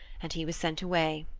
and he was sent away.